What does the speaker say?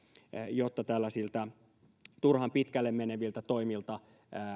jotta tällaisilta turhan pitkälle meneviltä toimilta